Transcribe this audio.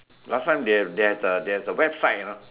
last time they have they have the they have the website you know